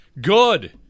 Good